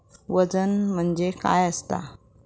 वजन म्हणजे काय असता?